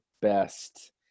best